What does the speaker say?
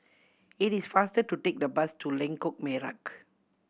it is faster to take the bus to Lengkok Merak